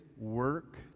work